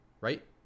Right